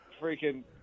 freaking